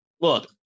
look